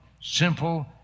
simple